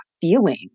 feeling